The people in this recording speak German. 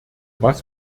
was